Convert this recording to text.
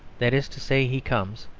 that is to say, he comes,